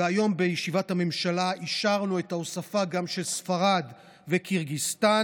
והיום בישיבת הממשלה אישרנו את ההוספה של ספרד וקירגיזסטן,